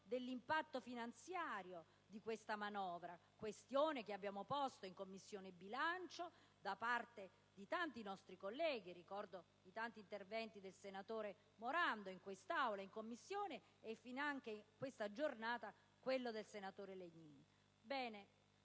all'impatto finanziario di questa manovra, tema che è stato posto in Commissione bilancio da parte di tanti nostri colleghi: ricordo inoltre numerosi interventi del senatore Morando in quest'Aula e in Commissione e finanche in questa giornata da parte del senatore Legnini.